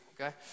okay